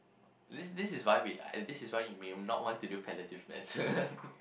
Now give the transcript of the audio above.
this this is why we this is why you may not want to do palliative medicine